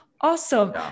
awesome